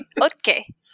okay